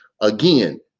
again